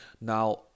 now